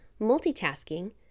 multitasking